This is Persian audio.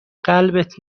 قلبت